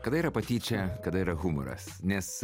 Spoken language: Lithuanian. kada yra patyčia kada yra humoras nes